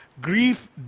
grief